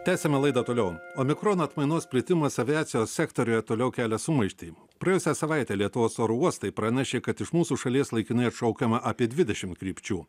tęsiame laidą toliau omikron atmainos plitimas aviacijos sektoriuje toliau kelia sumaištį praėjusią savaitę lietuvos oro uostai pranešė kad iš mūsų šalies laikinai atšaukiama apie dvidešim krypčių